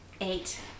eight